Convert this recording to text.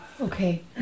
okay